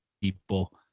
people